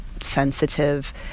sensitive